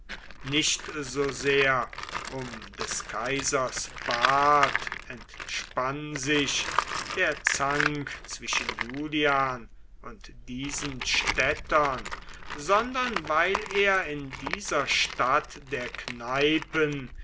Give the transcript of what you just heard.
nicht so sehr um des kaisers bart entspann sich der zank zwischen julian und diesen städtern sondern weil er in dieser stadt der kneipen